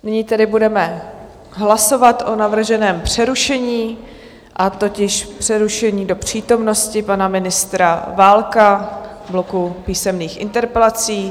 Nyní tedy budeme hlasovat o navrženém přerušení, a totiž přerušení do přítomnosti pana ministra Válka, bloku písemných interpelací.